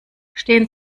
stehen